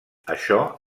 això